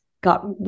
got